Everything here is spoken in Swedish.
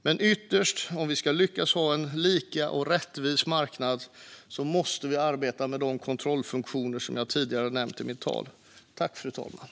Men ytterst: Om vi ska lyckas ha en jämlik och rättvis marknad måste vi arbeta med de kontrollfunktioner som jag tidigare nämnt i mitt anförande.